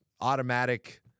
automatic